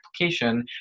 application